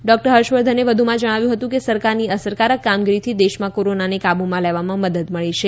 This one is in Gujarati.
ડોકટર હર્ષ વર્ધને વધુમાં જણાવ્યું હતું કે સરકારની અસરકારક કામગીરીથી દેશમાં કોરોનાને કાબૂમાં લેવામાં મદદ મળી છે